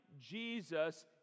Jesus